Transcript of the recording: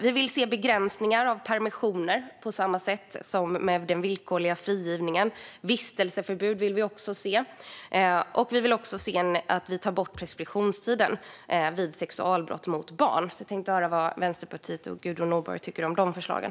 Vi vill se begränsningar av permissioner, på samma sätt som med den villkorliga frigivningen. Vi vill också se vistelseförbud. Och vi vill ta bort preskriptionstiden vid sexualbrott mot barn. Vad tycker Vänsterpartiet och Gudrun Nordborg om de förslagen?